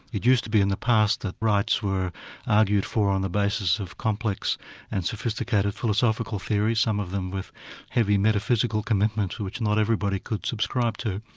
it used to be, in the past, that rights were argued for on the basis of complex and sophisticated philosophical theories, some of them with heavy metaphysical commitments, which not everybody could subscribe to.